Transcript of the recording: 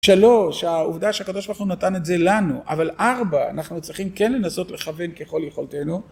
שלוש, העובדה שהקדוש ברוך הוא נתן את זה לנו, אבל ארבע, אנחנו צריכים כן לנסות לכוון ככל יכולתנו